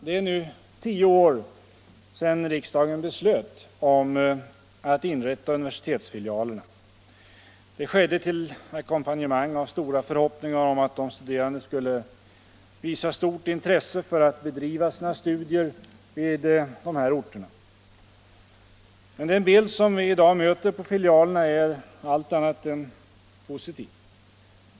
Det är nu tio år sedan riksdagen beslöt att inrätta universitetsfilialerna. Det skedde till ackompanjemang av stora förhoppningar om att de studerande skulle visa stort intresse för att bedriva sina studier vid dessa orter. Men den bild som vi i dag möter på filialerna är allt annat än positiv.